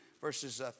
verses